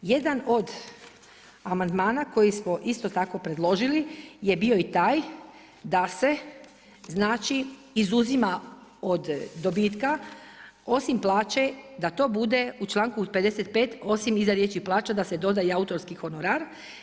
Jedan od amandmana koji smo isto tako preložili, je bio i taj, da se znači, izuzima od dobitka, osim plaće da to bude u čl. 55. osim iza riječi plaća, da se doda i autorski honorar.